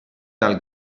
dal